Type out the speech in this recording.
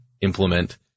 implement